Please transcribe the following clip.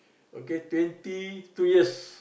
okay twenty two years